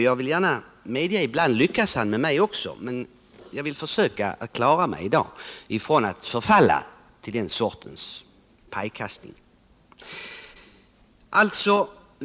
Jag kan gärna medge att han ibland lyckas dra med även mig, men jag vill försöka att i dag klara mig från att förfalla till den sortens pajkastning.